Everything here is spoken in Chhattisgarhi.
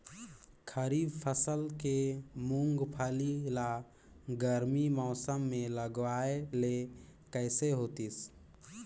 खरीफ फसल के मुंगफली ला गरमी मौसम मे लगाय ले कइसे होतिस?